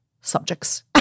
subjects